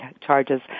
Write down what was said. charges